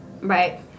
Right